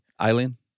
Alien